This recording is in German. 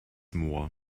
moor